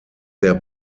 der